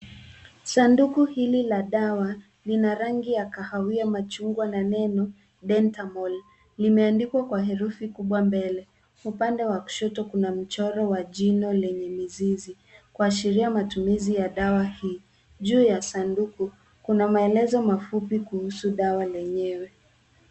Sanduku hili la dawa. Lina rangi ya kahawia machungwa na neno Dentamol . Limeandikwa kwa herufi kubwa mbele upande wa kushoto kuna mchoro wa jino lenye mizizi kuashiria matumizi ya dawa hii. Juu ya sanduku kuna maelezo mafupi kuhusu dawa lenyewe.